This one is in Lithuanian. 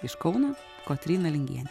iš kauno kotryna lingienė